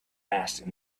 asked